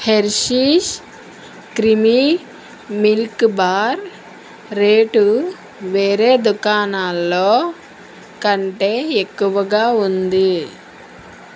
Hershey's creamy milk bar rate వేరే దుకాణాల్లో కంటే ఎక్కువగా ఉంది